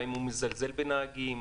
האם הוא מזלזל בנהגים?